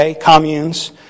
communes